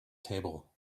table